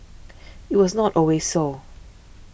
it was not always so